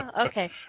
Okay